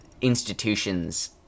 institutions